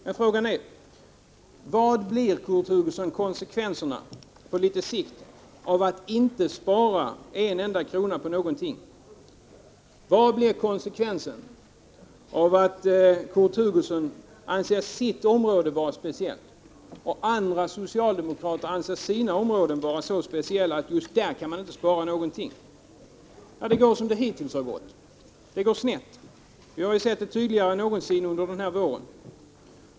Men frågan är, Kurt Hugosson: Vad blir konsekvensen på litet sikt av att inte spara en enda krona på någonting? Vad blir konsekvensen av att Kurt Hugosson anser sitt område vara så speciellt och andra socialdemokrater anser sina områden vara så speciella att man just där inte kan spara någonting? Jo, det går som det hittills har gått: det går snett. Vi har sett det tydligare än någonsin under den här våren.